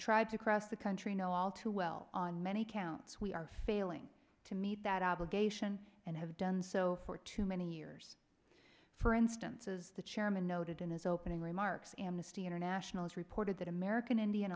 to cross the country know all too well on many counts we are failing to meet that obligation and has done so for too many years for instance as the chairman noted in his opening remarks amnesty international's reported that american indian